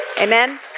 Amen